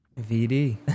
Vd